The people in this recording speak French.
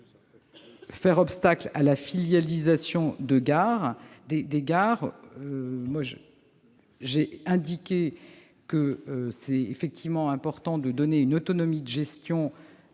faire obstacle à la filialisation des gares. J'ai indiqué qu'il était important de donner une autonomie de gestion